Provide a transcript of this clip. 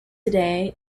today